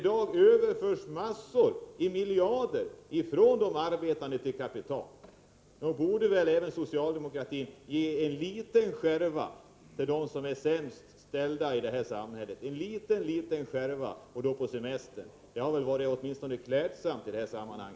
Det överförs många miljarder från de arbetande till kapitalet. Nog borde även socialdemokratin ge en skärva till dem som är sämst ställda i det här samhället — en liten, liten skärva när det gäller semestern. Det hade varit klädsamt i detta sammanhang.